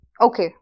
Okay